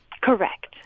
Correct